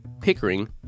Pickering